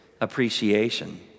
appreciation